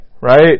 right